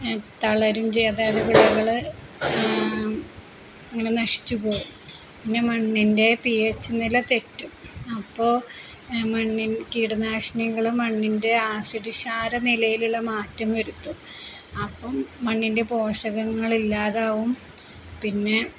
തളരുകയും ചെയ്യും അതായത് വിളകള് അങ്ങനെ നശിച്ചുപോകും പിന്നെ മണ്ണിൻ്റെ പി എച്ച് നില തെറ്റും അപ്പോള് കീടനാശിനികള് മണ്ണിൻ്റെ ആസിഡ് ക്ഷാര നിലയിലുള്ള മാറ്റം വരുത്തും അപ്പോള് മണ്ണിൻ്റെ പോഷകങ്ങളില്ലാതാവും പിന്നെ